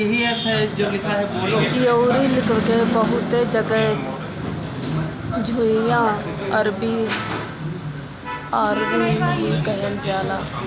अरुई के बहुते जगह घुइयां, अरबी, अरवी भी कहल जाला